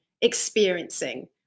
experiencing